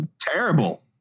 terrible